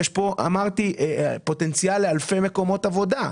יש פה פוטנציאל לאלפי מקומות עבודה.